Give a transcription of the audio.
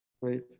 right